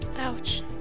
Ouch